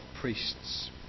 priests